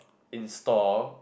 install